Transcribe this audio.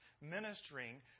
ministering